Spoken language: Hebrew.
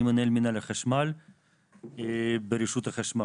אני מנהל מינהל החשמל ברשות החשמל.